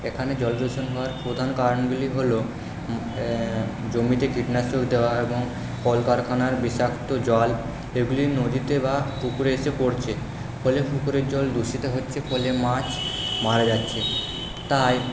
এখানে জল দূষণ হওয়ার প্রধান কারণগুলি হলো জমিতে কীটনাশক দেওয়া এবং কলকারখানার বিষাক্ত জল এগুলি নদীতে বা পুকুরে এসে পড়ছে ফলে পুকুরের জল দূষিত হচ্ছে ফলে মাছ মারা যাচ্ছে তাই